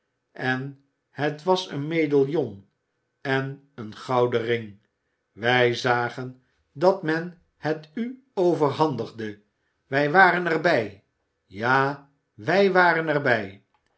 en het was een medaillon en een gouden ring wij zagen dat men het u overhangende wij waren er bij ja wij waren er